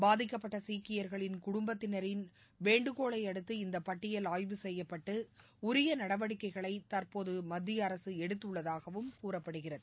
பாதிக்கப்பட்ட சீக்கியர்களின் குடுப்பத்தினரின் வேண்டுகோளை அடுத்து இந்த பட்டியல் ஆய்வு செய்யப்பட்டு உரிய நடவடிக்கைகளை தற்போது மத்திய அரசு எடுத்துள்ளதாகவும் கூறப்படுகிறது